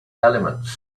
elements